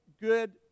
good